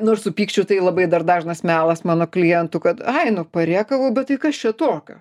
nors su pykčiu tai labai dar dažnas melas mano klientu kad ai nu parėkavau bet tai kas čia tokio